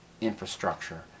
infrastructure